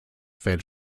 fed